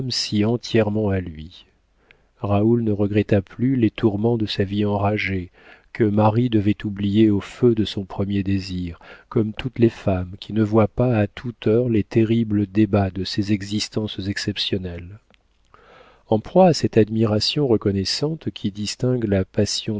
si entièrement à lui raoul ne regretta plus les tourments de sa vie enragée que marie devait oublier au feu de son premier désir comme toutes les femmes qui ne voient pas à toute heure les terribles débats de ces existences exceptionnelles en proie à cette admiration reconnaissante qui distingue la